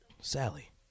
Sally